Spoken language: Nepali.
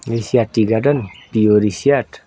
ऋषिहाट टी गार्डन पिओ ऋषिहाट